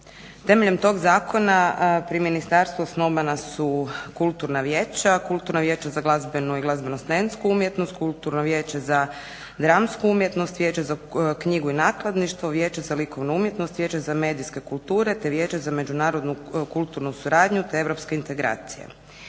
Temeljem tog zakona pri ministarstvu osnovana su kulturna vijeća: Kulturna vijeća za glazbenu i glazbeno-scensku umjetnost, Kulturno vijeće za dramsku umjetnost, Vijeće za knjigu i nakladništvo, Vijeće za likovnu umjetnost, Vijeće za medijske kulture, te Vijeće za međunarodnu kulturnu suradnju te europske integracije.